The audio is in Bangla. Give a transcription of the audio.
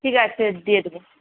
ঠিক আছে দিয়ে দেব